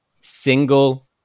Single